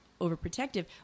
overprotective